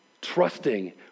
trusting